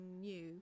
new